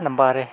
ᱚᱱᱟ ᱵᱟᱦᱨᱮ